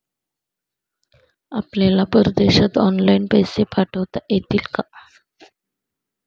आपल्याला परदेशात ऑनलाइन पैसे पाठवता येतील का?